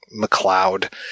McLeod